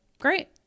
great